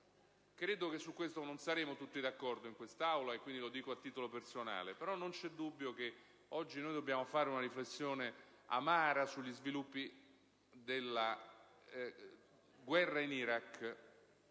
Credo che su questo non saremo tutti d'accordo in quest'Aula, quindi la mia è una riflessione a titolo personale, ma non c'è dubbio che oggi dobbiamo fare una riflessione amara sugli sviluppi della guerra in Iraq